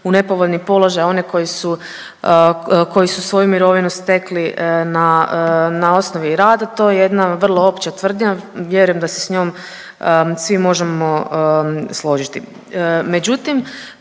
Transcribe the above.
u nepovoljni položaj one koji su, koji su svoju mirovinu stekli na osnovi rada. To je jedna vrlo opće tvrdnja vjerujem da se s njom svi možemo složiti. Međutim,